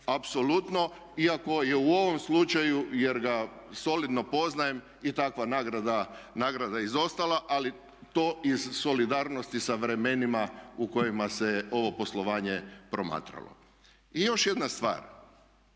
apsolutno, iako je u ovom slučaju, jer ga solidno poznajem i takva nagrada izostala. Ali to iz solidarnosti sa vremenima u kojima se ovo poslovanje promatralo. I još jedna stvar,